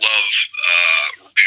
love